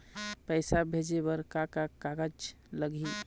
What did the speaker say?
पैसा भेजे बर का का कागज लगही?